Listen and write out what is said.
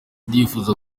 ndifuza